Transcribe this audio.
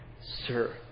Sir